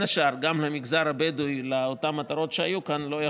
היא אכזרית והרסנית לא רק לגוף האדם ולנפשו אלא גם